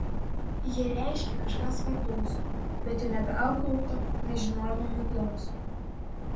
jie reiškė kažką svarbaus bet jau nebeapgaubto nežinojimo miglos